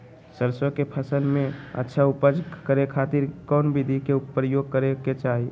सरसों के फसल में अच्छा उपज करे खातिर कौन विधि के प्रयोग करे के चाही?